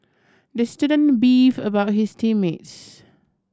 the student beefed about his team mates